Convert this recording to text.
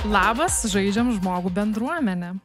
labas žaidžiam žmogų bendruomene